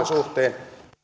suhteen